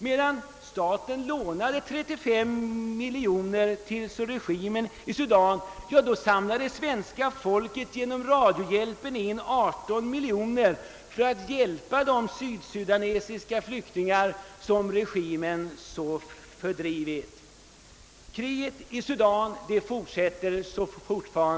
Medan staten lånade 35 miljoner till regimen i Sudan samlade svenska folket genom Radiohjälpen in ungefär 18 miljoner för att hjälpa de sydsudanesis ka flyktingar som samma regim fördrivit. Kriget i Sudan fortsätter.